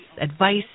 advice